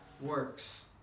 works